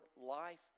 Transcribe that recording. life